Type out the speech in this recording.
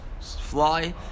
fly